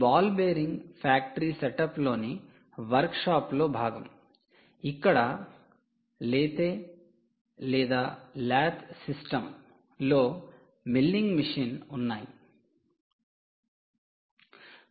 ఈ ball bearing factory సెటప్లోని వర్క్షాప్లో భాగం ఇక్కడ లాత్స్ లేదా లాత్ సిస్టమ్లో మిల్లింగ్ మెషిన్ ఉన్నాయి